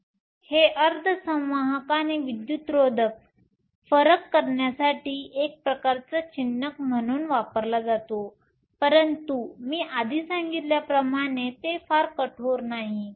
तर हे अर्धसंवाहक आणि विद्युतरोधकमध्ये फरक करण्यासाठी एक प्रकारचा चिन्हक म्हणून वापरला जातो परंतु मी आधी सांगितल्याप्रमाणे ते फार कठोर नाही